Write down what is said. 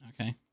Okay